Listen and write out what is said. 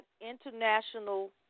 international